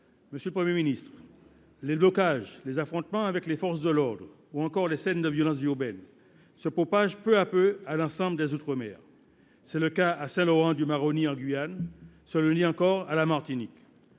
Monsieur le Premier ministre, les blocages, les affrontements avec les forces de l’ordre ou encore les scènes de violences urbaines se propagent peu à peu à l’ensemble des outre mer. C’est le cas à Saint Laurent du Maroni en Guyane ou, ce lundi encore, en Martinique.